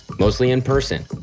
mostly in person.